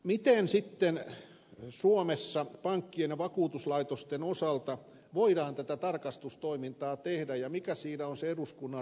miten sitten suomessa pankkien ja vakuutuslaitosten osalta voidaan tätä tarkastustoimintaa tehdä ja mikä siinä on se eduskunnan rooli